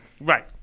Right